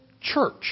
church